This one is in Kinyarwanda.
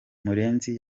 murenzi